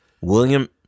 William